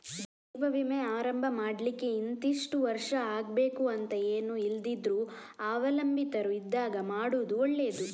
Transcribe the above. ಜೀವ ವಿಮೆ ಆರಂಭ ಮಾಡ್ಲಿಕ್ಕೆ ಇಂತಿಷ್ಟು ವರ್ಷ ಆಗ್ಬೇಕು ಅಂತ ಏನೂ ಇಲ್ದಿದ್ರೂ ಅವಲಂಬಿತರು ಇದ್ದಾಗ ಮಾಡುದು ಒಳ್ಳೆದು